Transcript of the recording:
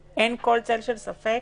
שלה.